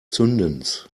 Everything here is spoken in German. zündens